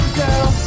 girl